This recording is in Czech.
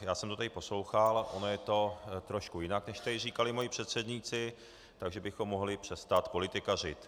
Já jsem to tady poslouchal, ono je to trošku jinak, než tady říkali moji předřečníci, takže bychom mohli přestat politikařit.